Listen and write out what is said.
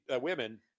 women